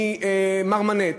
מ"מרמנת".